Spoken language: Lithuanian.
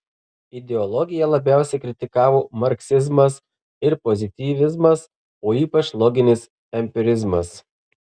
ideologiją labiausiai kritikavo marksizmas ir pozityvizmas o ypač loginis empirizmas